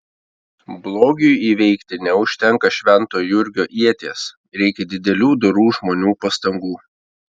blogiui įveikti neužtenka švento jurgio ieties reikia didelių dorų žmonių pastangų